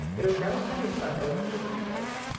there is no honeysuckle over the windows,